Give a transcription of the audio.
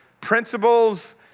principles